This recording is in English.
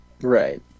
Right